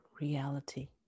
reality